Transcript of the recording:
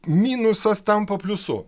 minusas tampa pliusu